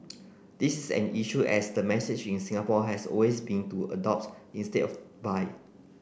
this is an issue as the message in Singapore has always been to adopt instead of buy